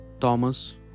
Thomas